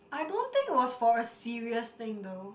I don't think it was for a serious thing though